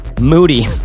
moody